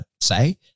say